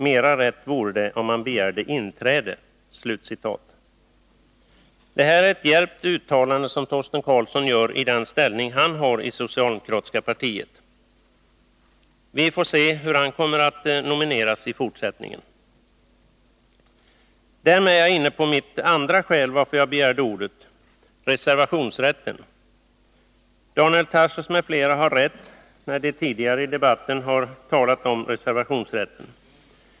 Mera rätt vore det om man begärde inträde.” Det är ett djärvt uttalande som Torsten Carlsson gör i den ställning han har i det socialdemokratiska partiet. Vi får se hur han kommer att nomineras i fortsättningen. Därmed är jag inne på mitt andra skäl till att jag begärde ordet — Nr 29 reservationsrätten. Daniel Tarschys m.fl. har rätt när de tidigare i debatten Onsdagen den har talat om reservationsrätten.